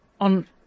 on